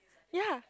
yea